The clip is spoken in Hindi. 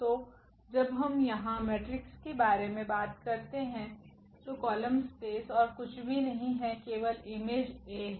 तो जब हम यहां मैट्रिसेस के बारे में बात करते हैं तो कॉलम स्पेस ओर कुछ भी नहीं है केवल Im है